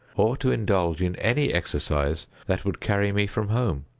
or to indulge in any exercise that would carry me from home.